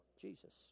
Jesus